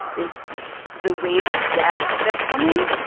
is the wave of death that's coming.